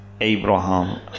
Abraham